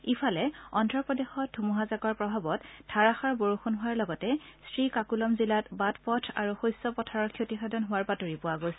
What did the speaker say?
ইফালে অন্দ্ৰপ্ৰদেশত ধুমুহাজাকৰ প্ৰভাৱত ধাৰাযাৰ বৰষুণ হোৱাৰ লগতে শ্ৰীকাকুলম জিলাত বাট পথ আৰু শস্য পথাৰৰ ক্ষতিসাধন হোৱাৰ বাতৰি পোৱা গৈছে